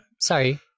Sorry